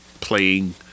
playing